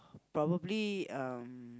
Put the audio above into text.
probably uh